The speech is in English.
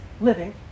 living